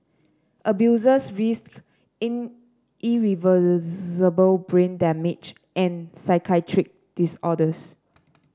abusers risked in irreversible brain damage and psychiatric disorders